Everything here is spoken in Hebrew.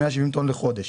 170 טון לחודש,